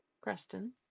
Creston